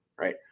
right